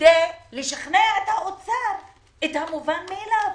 כדי לשכנע את האוצר במובן מאליו,